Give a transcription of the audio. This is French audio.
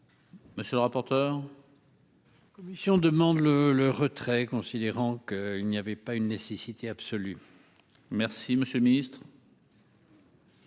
Monsieur le rapporteur. Commission demande le le retrait, considérant qu'il n'y avait pas une nécessité absolue. Merci, monsieur le Ministre.